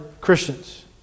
Christians